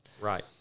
Right